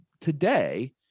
today